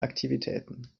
aktivitäten